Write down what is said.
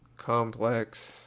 complex